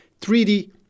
3D